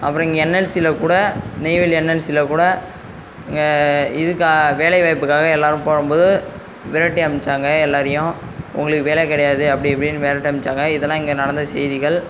அப்புறம் இங்கே என்என்சியில் கூட நெய்வேலி என்என்சியில் கூட இதுக்காக வேலைவாய்ப்புக்காக எல்லோரும் போகும் போது விரட்டி அம்ச்சாங்க எல்லோரையும் உங்களுக்கு வேலை கிடையாது அப்படி இப்படின்னு விரட்டி அம்ச்சாங்க இதெல்லாம் இங்கே நடந்த செய்திகள்